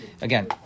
again